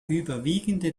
überwiegende